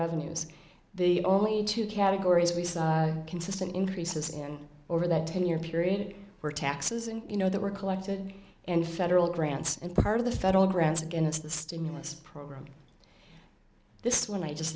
revenues the only two categories we saw consistent increases in over that ten year period were taxes and you know they were collected and federal grants and part of the federal grants against the stimulus program this one i just